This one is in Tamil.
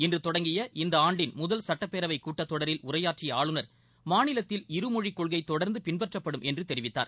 இன்று தொடங்கிய இந்த ஆண்டின் முதல் சுட்டப்பேரவை கூட்டத்தொடரில் உரையாற்றிய ஆளுநர் மாநிலத்தில் இரு மொழிக் கொள்கை தொடர்ந்து பின்பற்றப்படும் என்று தெரிவித்தார்